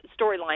storyline